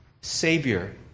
Savior